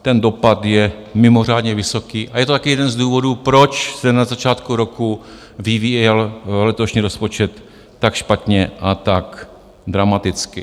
Ten dopad je mimořádně vysoký a je to taky jeden z důvodů, proč se na začátku roku vyvíjel letošní rozpočet tak špatně a tak dramaticky.